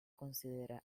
considera